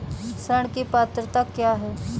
ऋण की पात्रता क्या है?